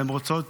הן רוצות,